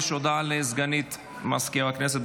יש הודעה לסגנית מזכיר הכנסת,